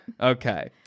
Okay